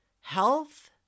health